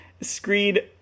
screed